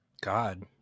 God